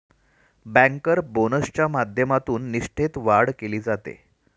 banker बोनसच्या माध्यमातून निष्ठेत वाढ केली जाते